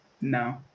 No